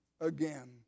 again